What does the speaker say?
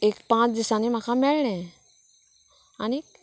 एक पांच दिसांनी म्हाका मेळ्ळें आनीक